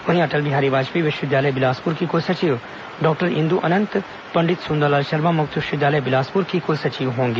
वहीं अटल बिहारी वाजपेयी विश्वविद्यालय बिलासपुर की क्लसचिव डॉक्टर इंद् आनंद पंडित सुंदरलाल शर्मा मुक्त विश्वविद्यालय बिलासपुर की कुलसचिव होंगी